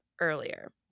earlier